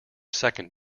second